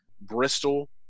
Bristol